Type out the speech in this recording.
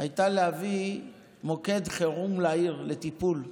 הייתה להביא מוקד חירום לטיפול בעיר,